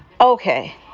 Okay